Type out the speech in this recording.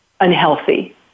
unhealthy